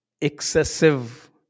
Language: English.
excessive